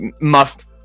muff